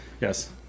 Yes